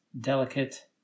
delicate